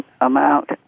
amount